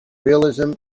realism